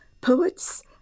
poets